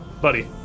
Buddy